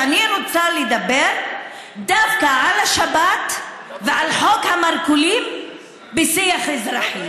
ואני רוצה לדבר דווקא על השבת ועל חוק המרכולים בשיח אזרחי.